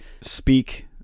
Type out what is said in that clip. speak